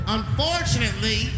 Unfortunately